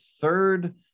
third